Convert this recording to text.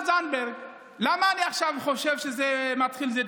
זה לא